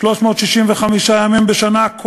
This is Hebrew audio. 365 ימים בשנה,